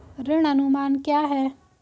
ऋण अनुमान क्या है?